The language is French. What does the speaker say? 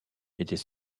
était